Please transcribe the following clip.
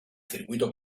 circuito